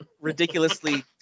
ridiculously